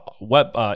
web